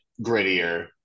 grittier